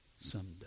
someday